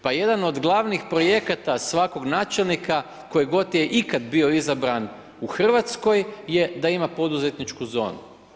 Pa jedan od glavnih projekata svakog načelnika koji god je ikad bio izabran u Hrvatskoj je da ima poduzetničku zonu.